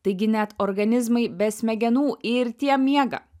taigi net organizmai be smegenų ir tie miega